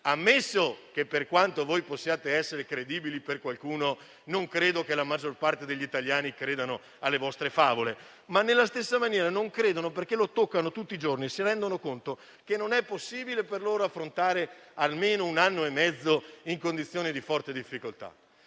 del 2020. Per quanto voi possiate essere credibili, non credo che la maggior parte degli italiani creda alle vostre favole; nella stessa maniera non ci credono perché lo toccano con mano tutti i giorni e si rendono conto che non è possibile per loro affrontare almeno un anno e mezzo in condizione di forte difficoltà.